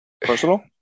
personal